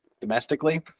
domestically